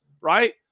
right